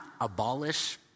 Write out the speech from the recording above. abolish